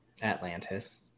atlantis